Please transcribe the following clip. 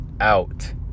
out